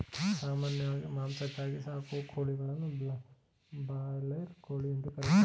ಸಾಮಾನ್ಯವಾಗಿ ಮಾಂಸಕ್ಕಾಗಿ ಸಾಕುವ ಕೋಳಿಗಳನ್ನು ಬ್ರಾಯ್ಲರ್ ಕೋಳಿ ಎಂದು ಕರಿತಾರೆ